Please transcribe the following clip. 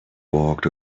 walked